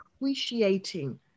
appreciating